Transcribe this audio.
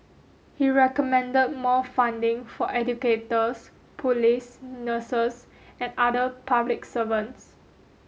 he recommended more funding for educators police nurses and other public servants